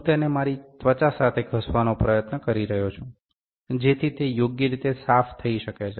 હું તેને મારી ત્વચા સાથે ઘસવાનો પ્રયત્ન કરી રહ્યો છું જેથી તે યોગ્ય રીતે સાફ થઈ શકે